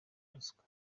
ruswa